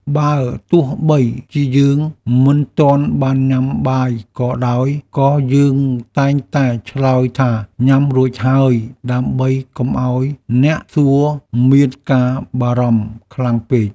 បើទោះបីជាយើងមិនទាន់បានញ៉ាំបាយក៏ដោយក៏យើងតែងតែឆ្លើយថាញ៉ាំរួចហើយដើម្បីកុំឱ្យអ្នកសួរមានការបារម្ភខ្លាំងពេក។